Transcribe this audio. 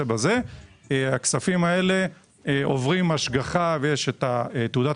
הכספים האלה עוברים השגחה ויש תעודת